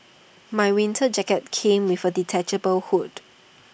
my winter jacket came with A detachable hood